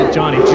Johnny